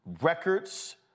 records